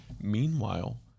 Meanwhile